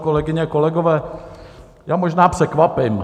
Kolegyně, kolegové, já možná překvapím.